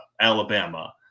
Alabama